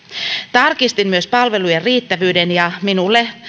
tarkistin myös palvelujen riittävyyden ja minulle